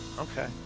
Okay